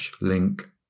link